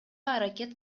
аракет